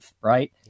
right